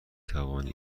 توانی